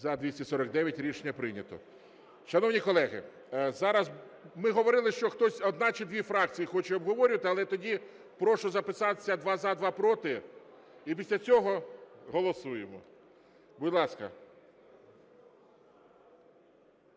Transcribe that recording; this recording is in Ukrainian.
За-249 Рішення прийнято. Шановні колеги, зараз… Ми говорили, що хтось, одна чи дві фракції, хочуть обговорювати, але тоді прошу записатися: два – за, два – проти. І після цього голосуємо. Будь ласка.